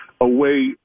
away